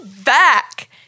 back